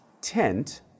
tent